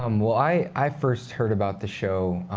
um well, i i first heard about the show